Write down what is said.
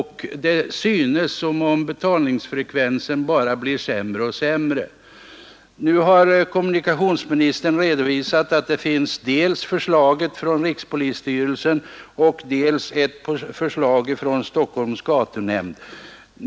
Det synes som om betalningsfrekvensen bara blir sämre och sämre. Nu har kommunikationsministern redovisat att det finns dels ett förslag från rikspolisstyrelsen, dels ett förslag från Stockholms gatunämnd.